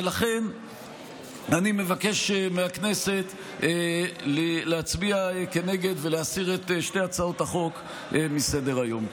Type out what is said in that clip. ולכן אני מבקש מהכנסת להצביע נגד ולהסיר את שתי הצעות החוק מסדר-היום.